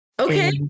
Okay